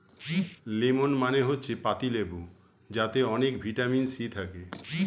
lemon মানে হচ্ছে পাতিলেবু যাতে অনেক ভিটামিন সি থাকে